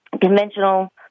conventional